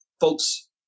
folks